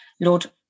Lord